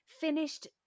finished